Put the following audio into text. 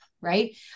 right